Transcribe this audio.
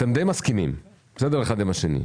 אתם די מסכימים אחד עם השני,